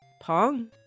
Pong